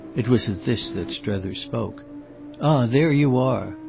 it was at this that strether spoke. ah there you are!